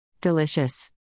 Delicious